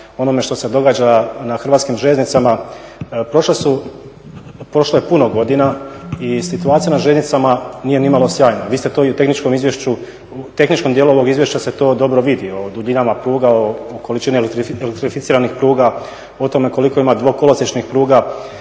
onome što se događa na Hrvatskim željeznicama. Prošlo je puno godina i situacija na željeznicama nije nimalo sjajna. Vi ste to i u tehničkom dijelu ovog izvješća se to dobro vidi, o duljinama pruga, o količini elektrificiranih pruga, o tome koliko ima dvokolosiječnih pruga.